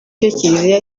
kiliziya